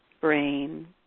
brain